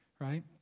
right